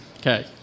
Okay